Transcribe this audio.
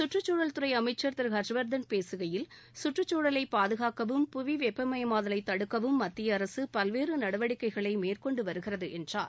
சுற்றுச்சூழல்துறை அமைச்சர் திரு ஹர்ஷ்வர்தன் பேசுகையில் சுற்றுச்சூழலை பாதுகாக்கவும் புவி வெப்பமயமாதலை தடுக்கவும் மத்திய அரசு பல்வேறு நடவடிக்கைகளை மேற்கொண்டுவருகிறது என்றார்